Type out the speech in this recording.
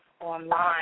online